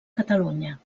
catalunya